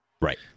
Right